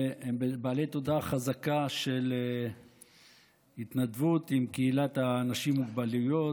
הם בעלי תודעה חזקה של התנדבות בקהילת האנשים עם מוגבלויות.